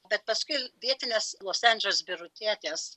bet paskui vietinės los andželo birutietės